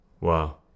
Wow